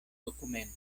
dokumento